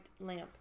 lamp